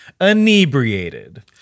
inebriated